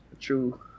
true